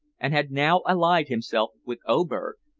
and had now allied himself with oberg.